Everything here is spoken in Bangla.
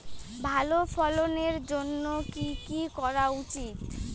ভালো ফলনের জন্য কি কি করা উচিৎ?